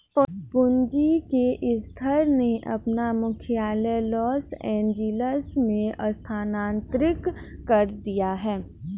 पूंजी के स्रोत ने अपना मुख्यालय लॉस एंजिल्स में स्थानांतरित कर दिया